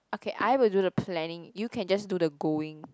okay I will do the planning you can just do the going